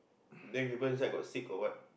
then people inside got sick or what